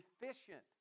efficient